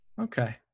okay